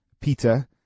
Peter